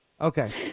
Okay